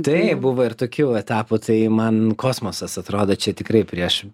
taip buvo ir tokių etapų tai man kosmosas atrodo čia tikrai prieš